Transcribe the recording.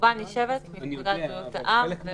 שהחובה נשאבת מפקודת בריאות העם.